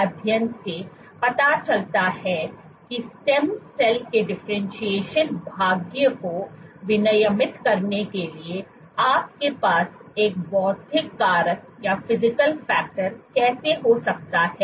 इस अध्ययन से पता चलता है कि स्टेम सेल के डिफरेंटशिएशन भाग्य को विनियमित करने के लिए आपके पास एक भौतिक कारक कैसे हो सकता है